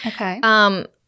Okay